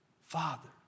father